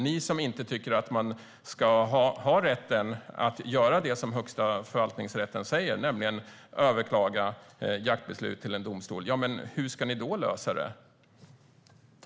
Ni tycker inte att man ska ha rätten att göra det som Högsta förvaltningsdomstolen säger, nämligen överklaga jaktbeslut till en domstol. Hur ska ni då lösa det?